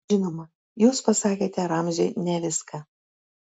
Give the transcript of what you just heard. žinoma jūs pasakėte ramziui ne viską